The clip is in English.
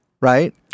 right